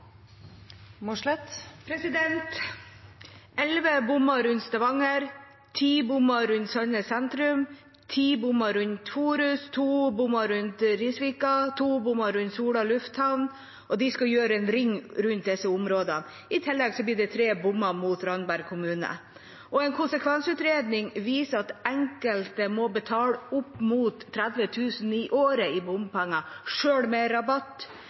Elleve bommer rundt Stavanger, ti bommer rundt Sandnes sentrum, ti bommer rundt Forus, to bommer rundt Risavika, to bommer rundt Sola lufthavn – og de skal utgjøre en ring rundt disse områdene. I tillegg blir det tre bommer mot Randaberg kommune. En konsekvensutredning viser at enkelte må betale opp mot 30 000 kr i året i bompenger, selv med rabatt.